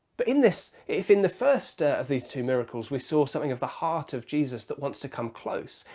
but in this, if in the first of these two miracles we saw something of the heart of jesus that wants to come close,